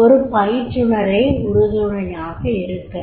ஒரு பயிற்றுனரே உருதுணையாக இருக்கிறார்